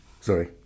sorry